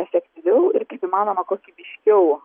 efektyviau ir kaip įmanoma kokybiškiau